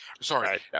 Sorry